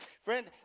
friend